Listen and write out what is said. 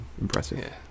Impressive